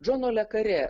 džono le karė